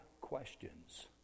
questions